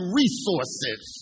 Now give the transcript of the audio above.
resources